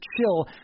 chill